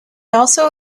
also